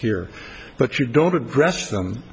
here but you don't address them